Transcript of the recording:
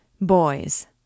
Boys